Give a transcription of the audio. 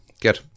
good